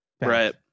Right